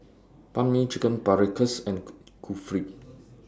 Banh MI Chicken Paprikas and Kulfi